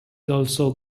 also